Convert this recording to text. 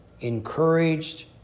encouraged